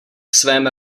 svém